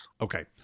Okay